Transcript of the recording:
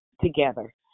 together